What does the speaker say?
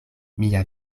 mia